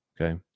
Okay